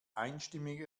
einstimmig